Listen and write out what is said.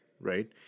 Right